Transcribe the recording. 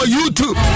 YouTube